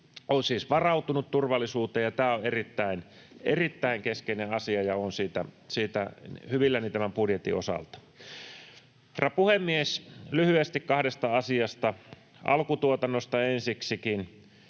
on siis varautunut turvallisuuteen, ja tämä on erittäin, erittäin keskeinen asia, ja olen siitä hyvilläni tämän budjetin osalta. Herra puhemies! Lyhyesti kahdesta asiasta: Alkutuotannosta ensiksikin: